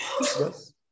yes